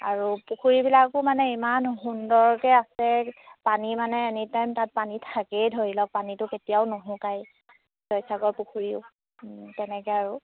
আৰু পুখুৰীবিলাকো মানে ইমান সুন্দৰকৈ আছে পানী মানে এনি টাইম তাত পানী থাকেই ধৰি লওক পানীটো কেতিয়াও নুশুকায় জয়সাগৰ পুখুৰীও তেনেকৈ আৰু